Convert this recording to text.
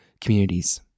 communities